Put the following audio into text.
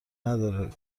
نداره